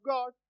God